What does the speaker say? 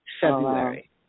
February